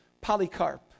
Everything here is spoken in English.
Polycarp